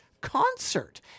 concert